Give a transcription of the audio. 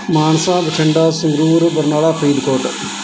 Mansa Bathinda Sangrur Barnala Faridkot